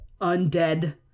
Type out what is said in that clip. undead